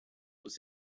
was